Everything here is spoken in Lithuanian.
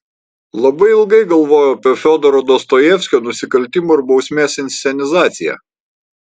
labai ilgai galvojau apie fiodoro dostojevskio nusikaltimo ir bausmės inscenizaciją